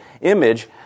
image